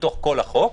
מתוך כל החוק.